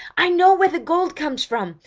i know where the gold comes from!